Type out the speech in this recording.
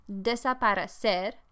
desaparecer